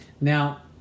Now